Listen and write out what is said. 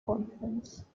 confidence